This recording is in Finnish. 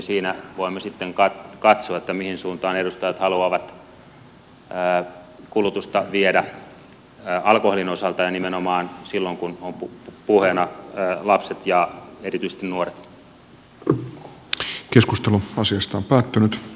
siinä voimme sitten katsoa mihin suuntaan edustajat haluavat kulutusta viedä alkoholin osalta ja nimenomaan silloin kun ovat puheena lapset ja erityisesti nuoret